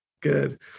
Good